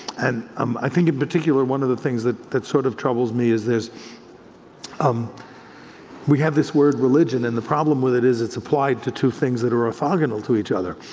and um i think in particular one of the things that that sort of troubles me is this um we have this word, religion, and the problem with it is it's applied to two things that are orthogonal to each other.